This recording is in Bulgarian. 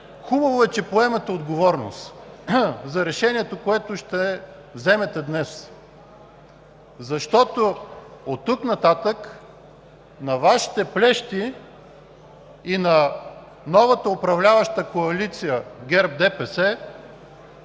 Хубаво е, че поемате отговорност за решението, което ще вземете днес, защото оттук нататък на Вашите плещи и на новата управляваща коалиция ГЕРБ – ДПС,